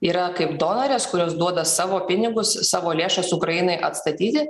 yra kaip donorės kurios duoda savo pinigus savo lėšas ukrainai atstatyti